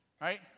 Right